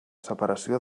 separació